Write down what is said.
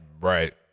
Right